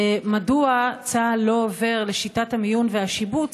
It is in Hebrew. מדוע צה"ל לא עובר לשיטת המיון והשיבוץ הזאת,